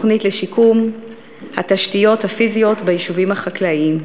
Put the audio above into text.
התוכנית לשיקום התשתיות הפיזיות ביישובים החקלאיים.